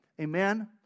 Amen